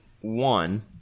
one